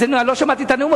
לא שמעתי את הנאום,